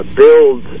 build